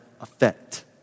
effect